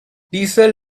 diesel